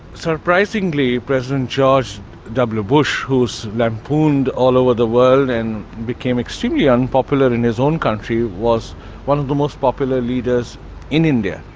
surprisingly, president george w. bush, who's lampooned all over the world and became extremely unpopular in his own country, was one of the most popular leaders in india.